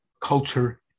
culture